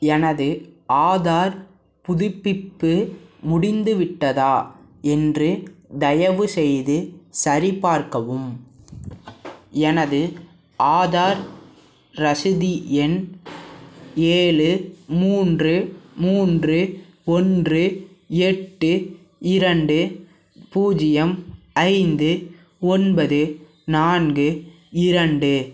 எனது ஆதார் புதுப்பிப்பு முடிந்துவிட்டதா என்று தயவுசெய்து சரிபார்க்கவும் எனது ஆதார் ரசிது எண் ஏழு மூன்று மூன்று ஒன்று எட்டு இரண்டு பூஜ்யம் ஐந்து ஒன்பது நான்கு இரண்டு